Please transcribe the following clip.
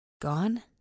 gone